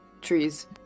trees